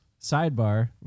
sidebar